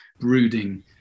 brooding